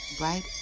right